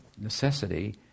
necessity